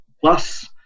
plus